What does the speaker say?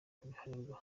kubihanirwa